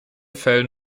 fällen